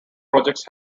projects